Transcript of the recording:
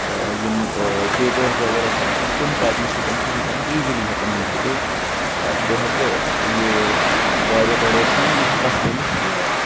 یِم پیپٲرٕس وغیرہ چھِ آسان تِم پرنہٕ سۭتۍ چھِ انسانس ایٖزیٖلی ہٮ۪کان میٖلِتھ تو بہٕ ہٮ۪کہٕ یہِ واریاہ بروس سان یہِ کتھ ؤنِتھ کہِ